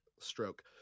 Stroke